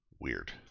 Weird